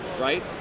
right